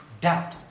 Doubt